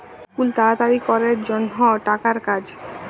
এখুল তাড়াতাড়ি ক্যরের জনহ টাকার কাজ